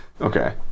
Okay